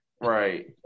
Right